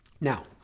now